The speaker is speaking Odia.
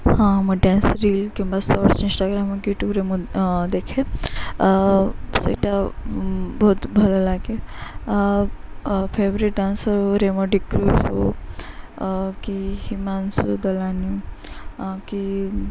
ହଁ ମୁଁ ଡ୍ୟାନ୍ସ ରିଲ୍ କିମ୍ବା ସର୍ଟସ ଇନଷ୍ଟାଗ୍ରାମ ୟୁଟ୍ୟୁବରେ ମୁଁ ଦେଖେ ସେଇଟା ବହୁତ ଭଲ ଲାଗେ favourite dancer Remo D'Souza କି ହିମାଂଶୁ ଦଲାନୀ କି